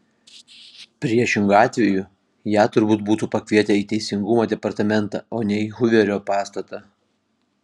priešingu atveju ją turbūt būtų pakvietę į teisingumo departamentą o ne į huverio pastatą